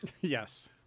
yes